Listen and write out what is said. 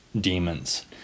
demons